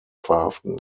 verhaften